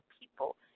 people